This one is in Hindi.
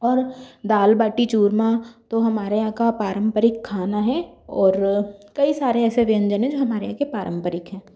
और दाल बाटी चूरमा तो हमारे यहाँ का पारंपरिक खाना है और कई सारे ऐसे व्यंजन हैं जो हमारे यहाँ के पारंपरिक हैं